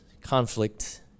conflict